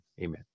amen